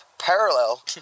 parallel